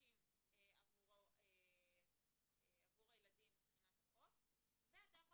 מבקשים עבור הילדים מבחינת החוק ואתה יכול